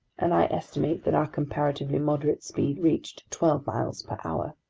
and i estimate that our comparatively moderate speed reached twelve miles per hour.